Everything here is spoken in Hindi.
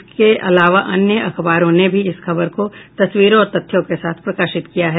इसके अलावा अन्य अखबारों ने भी इस खबर को तस्वीरों और तथ्यों के साथ प्रकाशित किया है